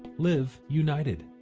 live united.